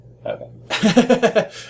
Okay